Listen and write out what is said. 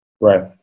Right